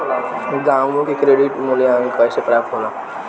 गांवों में क्रेडिट मूल्यांकन कैसे प्राप्त होला?